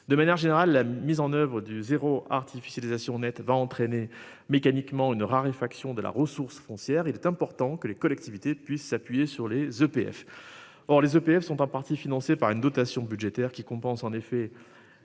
De manière générale, la mise en oeuvre du zéro artificialisation nette va entraîner mécaniquement une raréfaction de la ressource foncière. Il est important que les collectivités puissent s'appuyer sur les EPF or les EPF sont en partie financé par une dotation budgétaire qui compense en effet.